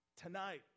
tonight